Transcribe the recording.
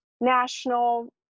National